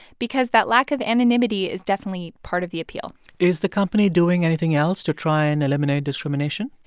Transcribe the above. because that lack of anonymity is definitely part of the appeal is the company doing anything else to try and eliminate discrimination?